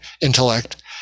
intellect